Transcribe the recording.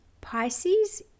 Pisces